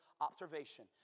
Observation